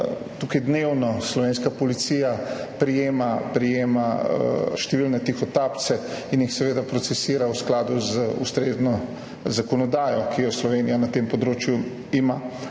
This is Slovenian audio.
Tukaj slovenska policija dnevno prijema številne tihotapce in jih procesira v skladu z ustrezno zakonodajo, ki jo Slovenija na tem področju ima.